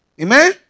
Amen